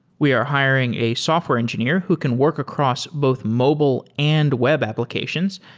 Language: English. we are hiring a software engineer who can work across both mobile and web applications.